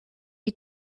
die